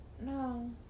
No